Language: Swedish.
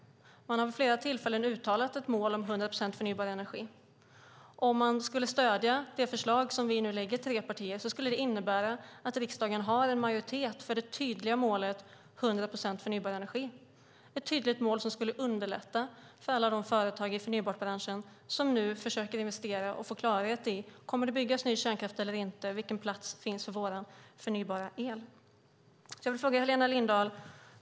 Man har vid flera tillfällen uttalat ett mål om 100 procent förnybar energi. Om man stöder det förslag som vi tre partier lägger fram innebär det att riksdagen har en majoritet för det tydliga målet 100 procent förnybar energi. Det är ett tydligt mål som skulle underlätta för alla företag i förnybartbranschen som nu försöker investera och få klarhet i om det kommer att byggas ny kärnkraft eller inte och om det finns plats för deras förnybara el.